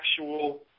actual